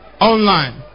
online